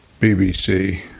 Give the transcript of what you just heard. BBC